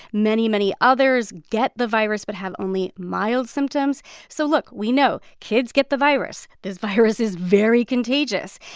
many, many others get the virus but have only mild symptoms so, look we know kids get the virus. this virus is very contagious.